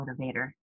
motivator